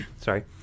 sorry